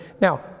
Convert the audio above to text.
Now